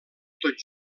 tot